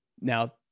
now